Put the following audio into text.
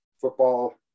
football